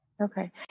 Okay